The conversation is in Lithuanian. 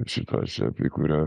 situacija apie kurią